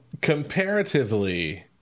comparatively